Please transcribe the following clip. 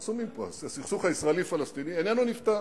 הסכסוך הישראלי פלסטיני איננו נפתר.